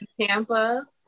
Tampa